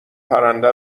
پرنده